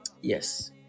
Yes